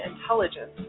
intelligence